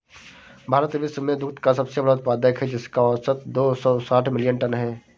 भारत विश्व में दुग्ध का सबसे बड़ा उत्पादक है, जिसका औसत दो सौ साठ मिलियन टन है